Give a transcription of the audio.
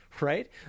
right